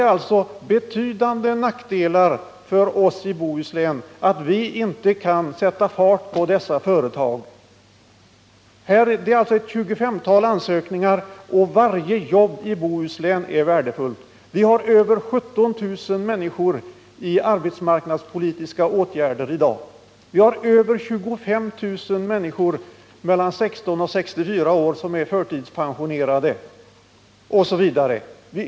Det innebär betydande nackdelar för oss i Bohuslän att vi inte kan sätta fart på dessa företag. Det finns ett 25-tal ansökningar, och varje jobb i Bohuslän är värdefullt. Över 17 000 människor är i dag föremål för arbetsmarknadspolitiska åtgärder. Över 25 000 människor mellan 16 och 64 år är förtidspensionerade.